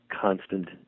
constant